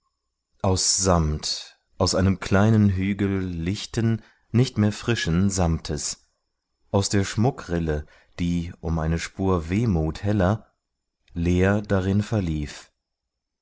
aus samt aus einem kleinen hügel lichten nicht mehr frischen samtes aus der schmuckrille die um eine spur wehmut heller leer darin verlief